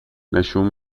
نشون